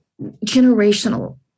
generational